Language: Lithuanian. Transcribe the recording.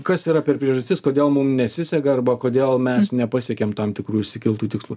kas yra per priežastis kodėl mum nesiseka arba kodėl mes nepasiekėm tam tikrų išsikeltų tikslų